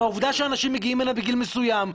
מהעובדה שאנשים מגיעים הנה בגיל מסוים,